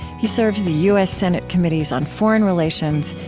he serves the u s. senate committees on foreign relations,